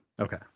Okay